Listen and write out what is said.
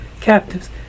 captives